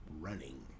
running